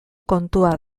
kontua